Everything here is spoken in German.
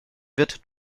wird